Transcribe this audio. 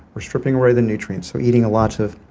we're stripping away the nutrients. so eating lots of